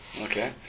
Okay